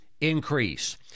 increase